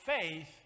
faith